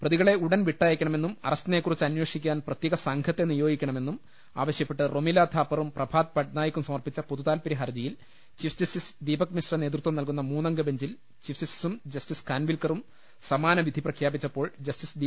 പ്രതികളെ ഉടൻ വിട്ടയക്കണ മെന്നും അറസ്റ്റിനെക്കുറിച്ച് അന്വേഷിക്കാൻ പ്രത്യേക സംഘത്തെ നിയോഗിക്കണമെന്നും ആവശ്യപ്പെട്ട് റൊമില ഥാപ്പറും പ്രഭാത് പട്നായിക്കും സമർപ്പിച്ച പൊതുതാൽപ്പര്യ ഹർജിയിൽ ചീഫ് ജസ്റ്റിസ് ദീപക് മിശ്ര നേതൃത്വം നൽകുന്ന മൂന്നംഗ ബെഞ്ചിൽ ചീഫ് ജസ്റ്റിസും ജസ്റ്റിസ് ഖാൻവിൽക്കറും സമാന വിധി പ്രഖ്യാപിച്ചപ്പോൾ ജസ്റ്റിസ് ഡി